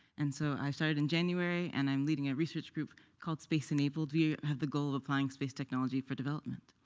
and so i started in january, and i'm leading a research group called space enabled. we have the goal of applying space technology for development.